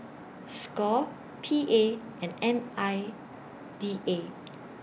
SCORE P A and M I D A